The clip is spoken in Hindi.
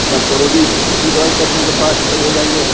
टेंपरोरी ऐसी दवाई कर देंगे फटाक से सही हो जाएँगे